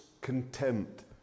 contempt